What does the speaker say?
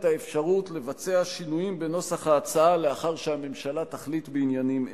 האפשרות לבצע שינויים בנוסח ההצעה לאחר שהממשלה תחליט בעניינים אלה.